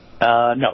No